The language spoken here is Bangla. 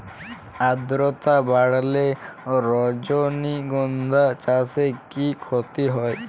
আদ্রর্তা বাড়লে রজনীগন্ধা চাষে কি ক্ষতি হয়?